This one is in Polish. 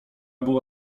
było